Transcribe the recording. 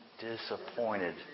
disappointed